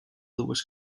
dues